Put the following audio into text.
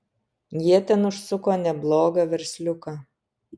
jie ten užsuko neblogą versliuką